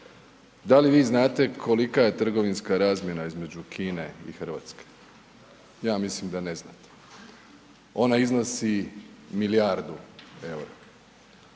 Da li vi znate kolika je trgovinska razmjena između Kine i RH? Ja mislim da ne znate. Ona iznosi milijardu EUR-a.